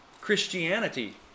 Christianity